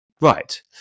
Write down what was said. Right